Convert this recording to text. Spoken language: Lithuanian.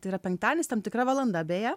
tai yra penktadienis tam tikra valanda beje